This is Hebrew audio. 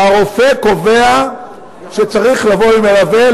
שהרופא קובע שצריך לבוא עם מלווה.